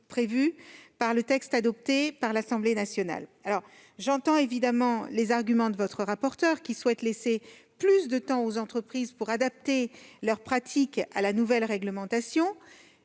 loi, conformément au vote de l'Assemblée nationale. J'entends les arguments de votre rapporteure, qui souhaite laisser plus de temps aux entreprises pour adapter leurs pratiques à la nouvelle réglementation.